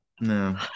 No